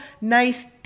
nice